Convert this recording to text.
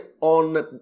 on